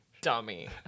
Dummy